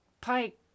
pike